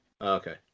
Okay